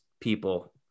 people